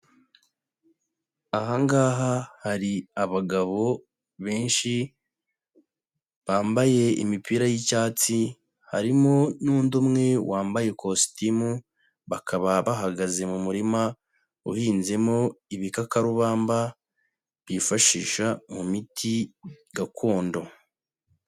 Aha ngaha hari abagabo benshi, bambaye imipira y'icyatsi, harimo n'undi umwe wambaye kositimu, bakaba bahagaze mu murima uhinzemo ibikakarubamba, bifashisha mu miti gakondo.